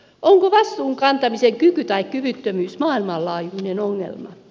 onko vastuun kantamisen kyky tai kyvyttömyys maailmanlaajuinen ongelma